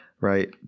right